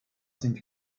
sind